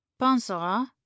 pensera